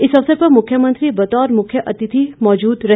इस अवसर पर मुख्यमंत्री बतौर मुख्य अतिथि मौजूद रहे